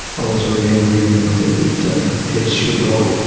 i was very angry. and i think that heads should roll,